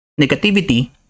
negativity